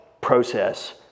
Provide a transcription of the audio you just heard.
process